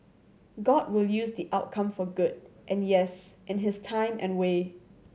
god will use the outcome for good and yes in his time and way